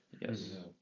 Yes